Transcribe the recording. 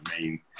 main